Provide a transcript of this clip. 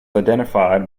identified